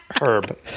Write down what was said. Herb